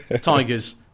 Tigers